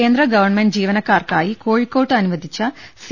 കേന്ദ്ര ഗവൺമെന്റ് ജീവനക്കാർക്കായി കോഴിക്കോട്ട് അനു വദിച്ച സി